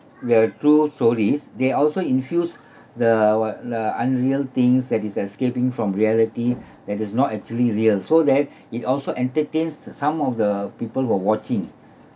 we have true stories they also infuse the what the unreal things that is escaping from reality that is not actually real so that it also entertains some of the people who are watching